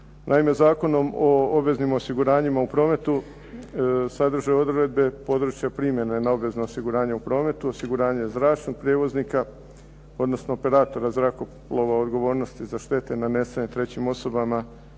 Naime, Zakonom o obveznim osiguranjima u prometu sadrže odredbe područja primjene na obvezno osiguranje u prometu, osiguranje zračnih prijevoznika, odnosno operatora zrakoplova odgovornosti za štete nanesene trećim osobama